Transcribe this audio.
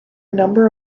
number